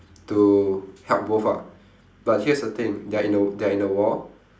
to help both ah but here's the thing they are in a they are in a wall